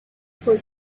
for